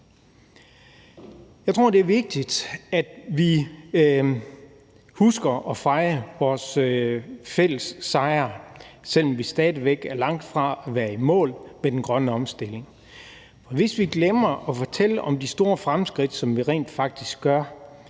Jeg tror, det er vigtigt, at vi husker at fejre vores fælles sejre, selv om vi stadig væk er langt fra at være i mål med den grønne omstilling. Hvis vi glemmer at fortælle om de store fremskridt, som vi rent faktisk gør,